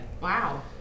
Wow